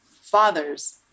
fathers